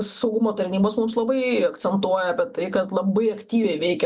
saugumo tarnybos mums labai akcentuoja bet tai kad labai aktyviai veikia